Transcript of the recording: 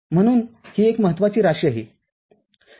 म्हणून ही एक महत्त्वाची राशी आहे